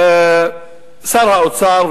שר האוצר,